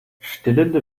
stillende